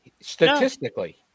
Statistically